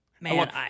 Man